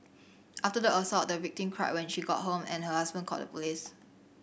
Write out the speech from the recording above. after the assault the victim cried when she got home and her husband called the police